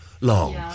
long